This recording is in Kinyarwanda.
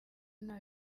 nta